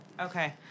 Okay